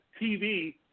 TV